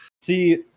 see